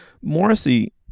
Morrissey